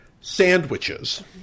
sandwiches